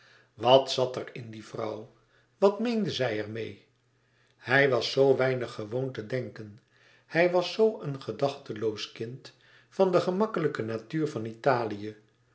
wat zat er in die vrouw wat meende zij er meê hij was zoo weinig gewoon te denken hij was zoo een gedachteloos kind van de gemakkelijke natuur van italië